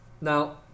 Now